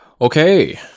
okay